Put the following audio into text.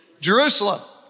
Jerusalem